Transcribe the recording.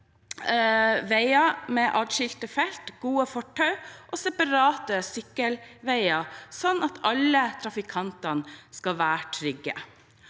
veier med atskilte felt, gode fortau og separate sykkelveier, sånn at alle trafikantene kan være trygge.